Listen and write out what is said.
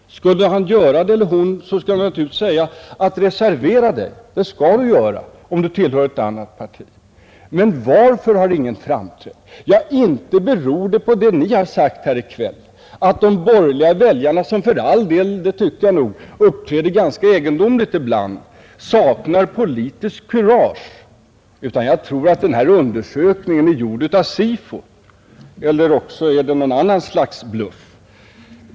Skulle han eller hon göra det, skall jag naturligtvis svara: ”Reservera dig! Det skall du göra, om du tillhör ett annat parti! ” Men varför har ingen framträtt? Ja, inte beror det på vad ni har sagt här i kväll, att de borgerliga väljarna — som för all del, det tycker jag nog, uppträder ganska egendomligt ibland — saknar politiskt kurage, utan jag tror att den här undersökningen är gjord av SIFO, eller också är det något annat slags bluff.